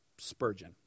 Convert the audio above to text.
Spurgeon